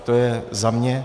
To je za mě.